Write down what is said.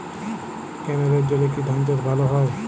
ক্যেনেলের জলে কি ধানচাষ ভালো হয়?